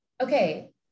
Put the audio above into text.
okay